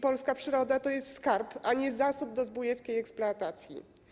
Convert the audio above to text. Polska przyroda to skarb, a nie zasób do zbójeckiej eksploatacji.